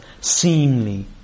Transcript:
seemly